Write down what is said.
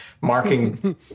marking